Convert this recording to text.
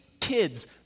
kids